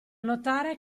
notare